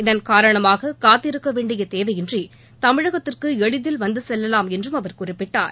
இதன் காரணமாக காத்திருக்க வேண்டிய தேவையின்றி தமிழகத்திற்கு எளிதில் வந்து செல்வலாம் என்றும் அவர் குறிப்பிட்டார்